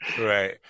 right